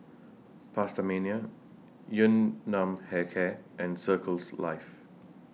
PastaMania Yun Nam Hair Care and Circles Life